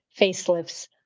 facelifts